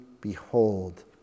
behold